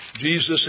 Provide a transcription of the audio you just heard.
Jesus